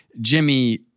Jimmy